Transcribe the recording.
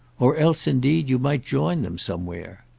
or else indeed you might join them somewhere.